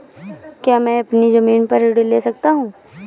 क्या मैं अपनी ज़मीन पर ऋण ले सकता हूँ?